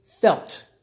felt